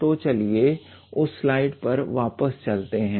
तो चलिए उस स्लाइड पर वापस चलते हैं